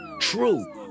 true